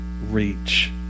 reach